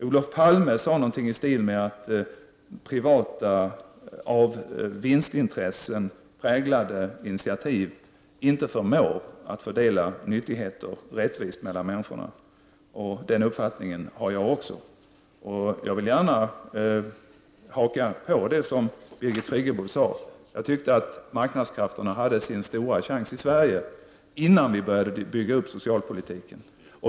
Olof Palme sade någonting i stil med att av privata vinstintressen präglade initiativ inte förmår att fördela nyttigheterna rättvist mellan människorna. Den uppfattningen har jag också. Jag vill gärna haka på det Birgit Friggebo sade. Jag tycker att marknadskrafterna hade sin chans i Sverige innan vi började bygga upp socialpolitiken.